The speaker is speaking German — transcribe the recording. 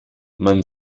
man